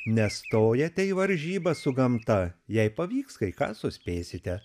nestojate į varžybas su gamta jei pavyks kai ką suspėsite